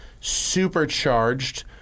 supercharged